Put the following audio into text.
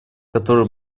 которые